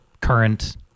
current